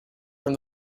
from